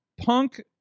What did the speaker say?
punk